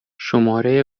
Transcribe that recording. شماره